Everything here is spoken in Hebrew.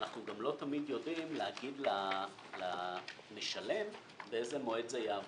אנחנו גם לא תמיד יודעים להגיד למשלם באיזה מועד זה יעבור.